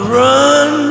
run